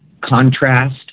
contrast